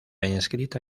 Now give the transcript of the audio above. inscrita